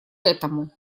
этому